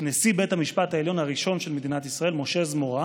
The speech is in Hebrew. אז את נשיא בית המשפט העליון הראשון של מדינת ישראל משה זמורה,